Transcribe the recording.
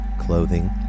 clothing